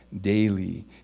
daily